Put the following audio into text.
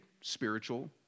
spiritual